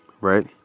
right